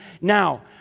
Now